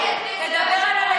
תדבר על,